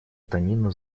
танина